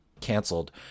canceled